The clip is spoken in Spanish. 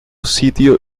sitio